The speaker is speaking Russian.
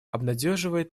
обнадеживает